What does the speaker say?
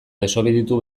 desobeditu